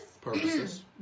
purposes